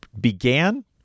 began